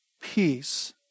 peace